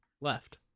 left